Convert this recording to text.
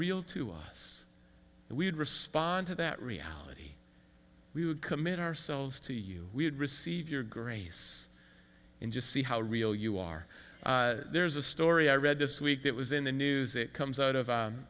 real to us and we would respond to that reality we would commit ourselves to you we would receive your grace and just see how real you are there's a story i read this week that was in the news it comes out of